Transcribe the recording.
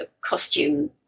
costume